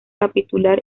capitular